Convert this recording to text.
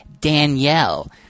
Danielle